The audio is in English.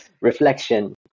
reflection